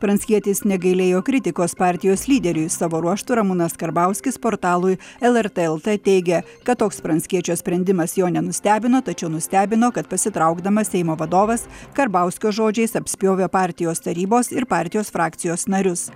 pranckietis negailėjo kritikos partijos lyderiui savo ruožtu ramūnas karbauskis portalui lrt lt teigė kad toks pranckiečio sprendimas jo nenustebino tačiau nustebino kad pasitraukdamas seimo vadovas karbauskio žodžiais apspjovė partijos tarybos ir partijos frakcijos narius